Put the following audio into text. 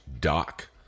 doc